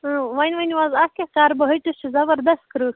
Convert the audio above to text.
اۭں وۄنۍ ؤنِو حظ اَتھ کیٛاہ کرٕ بہٕ ہٹِس چھُ زَبردَست کٕرٛہ